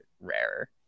rarer